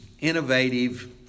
innovative